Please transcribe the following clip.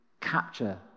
capture